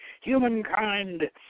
humankind